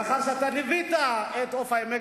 מאחר שאתה ליווית את "עוף העמק",